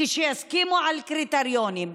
כשיסכימו על קריטריונים.